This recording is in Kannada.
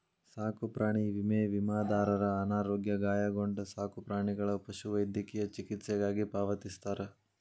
ಸಾಕುಪ್ರಾಣಿ ವಿಮೆ ವಿಮಾದಾರರ ಅನಾರೋಗ್ಯ ಗಾಯಗೊಂಡ ಸಾಕುಪ್ರಾಣಿಗಳ ಪಶುವೈದ್ಯಕೇಯ ಚಿಕಿತ್ಸೆಗಾಗಿ ಪಾವತಿಸ್ತಾರ